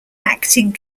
acting